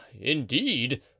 indeed